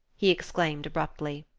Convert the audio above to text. he exclaimed abruptly.